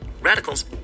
Radicals